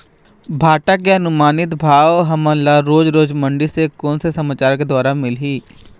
भांटा के अनुमानित भाव हमन ला रोज रोज मंडी से कोन से समाचार के द्वारा मिलही?